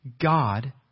God